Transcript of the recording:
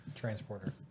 Transporter